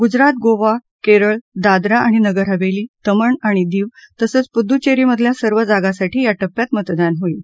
गुजरात गोवा केरळ दादरा आणि नगर हवेली दमण आणि दीव तसंच पुदुच्वेरीमधल्या सर्व जागांसाठी या टप्प्यात मतदान होईल